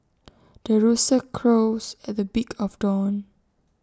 the rooster crows at the beak of dawn